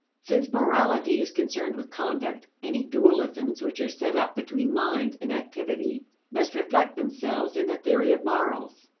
since morality is concerned with conduct, any dualisms which are set up between mind and activity must reflect themselves in the theory of morals.